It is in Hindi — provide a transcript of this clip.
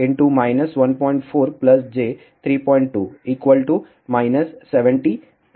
तो Zout50 14j32 70j160